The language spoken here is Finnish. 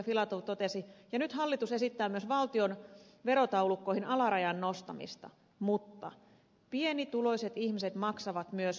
filatov totesi ja nyt hallitus esittää myös valtion verotaulukkoihin alarajan nostamista mutta pienituloiset ihmiset maksavat myös kuntaveroa